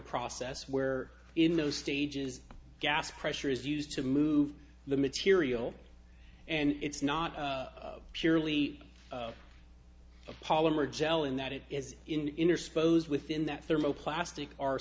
process where in those stages gas pressure is used to move the material and it's not purely a polymer gel in that it is in or supposed within that thermo plastic are